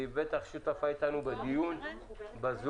היא בטח שותפה לדיון בזום.